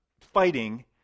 fighting